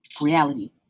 reality